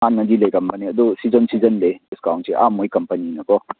ꯍꯥꯟꯅꯗꯤ ꯂꯩꯔꯝꯕꯅꯦ ꯑꯗꯨ ꯁꯤꯖꯟ ꯁꯤꯖꯟ ꯂꯩꯌꯦ ꯗꯤꯁꯀꯥꯎꯟꯁꯦ ꯑꯥ ꯃꯣꯏ ꯀꯝꯄꯅꯤꯅꯀꯣ